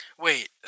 Wait